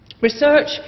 research